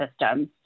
systems